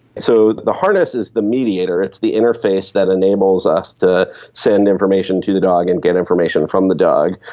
so the harness is the mediator, it's the interface that enables us to send information to the dog and get information from the dog.